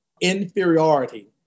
inferiority